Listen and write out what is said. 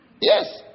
Yes